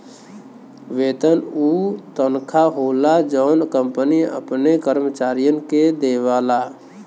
वेतन उ तनखा होला जौन कंपनी अपने कर्मचारियन के देवला